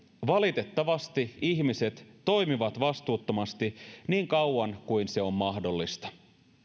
valitettavasti ihmiset toimivat vastuuttomasti niin kauan kuin se on mahdollista